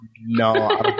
no